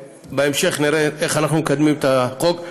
בהמשך נראה איך אנחנו מקדמים את החוק.